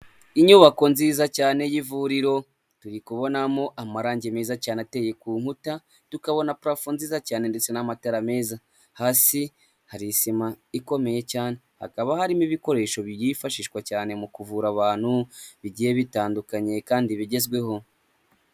Inyubako nziza cyane y'ivuriro turi kubonamo amarangi meza cyane ateye ku nkuta tukabona purafo nziza cyane ndetse n'amatara meza, hasi hari sima ikomeye cyane hakaba harimo ibikoresho byifashishwa cyane mu kuvura abantu bigiye bitandukanye kandi bigezweho.